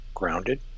grounded